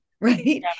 Right